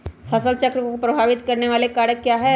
फसल चक्र को प्रभावित करने वाले कारक क्या है?